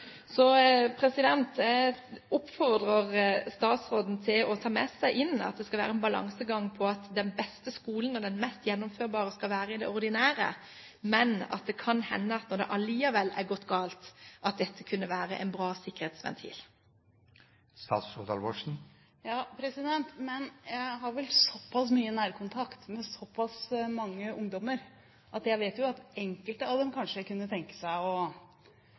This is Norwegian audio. jeg oppfordrer statsråden til å ta med seg at det skal være en balansegang som går ut på at den beste og mest gjennomførbare skolen skal være i det ordinære, men at det kan hende at dette – når det likevel har gått galt – kunne være en bra sikkerhetsventil. Ja. Men jeg har vel såpass mye nærkontakt med såpass mange ungdommer at jeg vet at enkelte at dem kanskje kunne tenke seg å